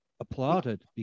applauded